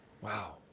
Wow